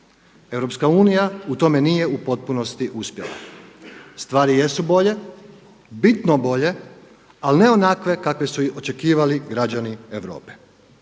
želje. EU u tome nije u potpunosti uspjela. Stvari jesu bolje, bitno bolje ali ne onakve kakve su očekivali građani Europe.